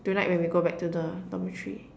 tonight when we go back to the dormitory